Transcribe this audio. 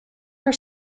are